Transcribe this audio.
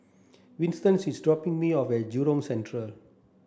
Winston's is dropping me off at Jurong Central